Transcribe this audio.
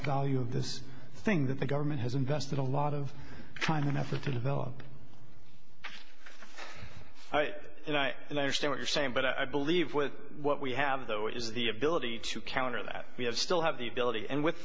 value of this thing that the government has invested a lot of time and effort to develop and i and i understand what you're saying but i believe with what we have though is the ability to counter that we have still have the ability and with